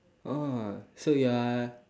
oh so you are